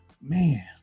man